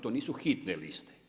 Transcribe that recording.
To nisu hitne liste.